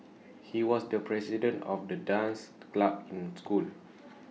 he was the president of the dance club in my school